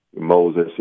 Moses